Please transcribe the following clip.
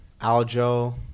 Aljo